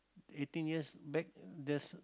eighteen years back years